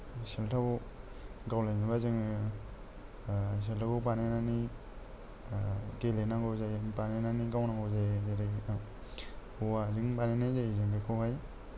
साल्थाव गावलायनोबा जोङो साल्थावखौ बानायनानै गेलेनांगौ जायो बानायनानै गावनांगौ जायो जेरै औवाजों बानायनाय जायो जों बेखौहाय